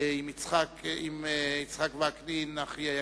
עם יצחק וקנין, אחי היקר,